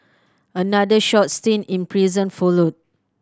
another short stint in prison followed